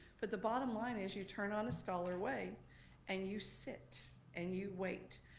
but the bottom line is you turn onto scholar way and you sit and you wait.